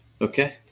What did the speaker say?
Okay